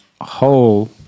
whole